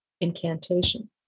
incantation